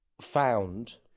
found